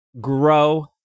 grow